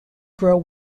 grow